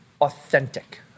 authentic